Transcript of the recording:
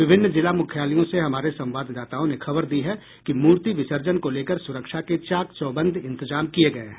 विभिन्न जिला मुख्यालयों से हमारे संवाददाताओं ने खबर दी है कि मूर्ति विसर्जन को लेकर सुरक्षा के चाक चौबंद इंतजाम किये गये हैं